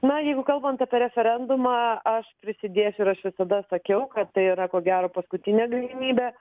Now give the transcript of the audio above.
na jeigu kalbant apie referendumą aš prisidėsiu ir aš visada sakiau kad tai yra ko gero paskutinė galimybė